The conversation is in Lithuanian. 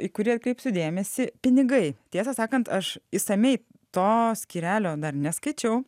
į kurį atkreipsiu dėmesį pinigai tiesą sakant aš išsamiai to skyrelio dar neskaičiau